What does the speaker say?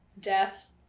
Death